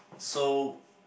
so